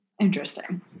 interesting